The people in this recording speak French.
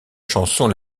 chanson